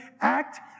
act